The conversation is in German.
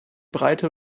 breite